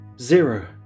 Zero